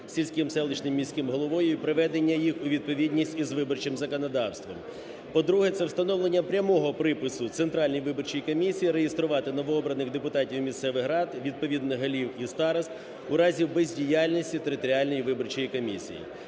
сільським, селищним, міським головою і приведення їх у відповідність із виборчим законодавством. По-друге, це встановлення прямого припису центральної виборчої комісії реєструвати новообраних депутатів місцевих рад, відповідно голів і старост у разі бездіяльності територіальної виборчої комісії.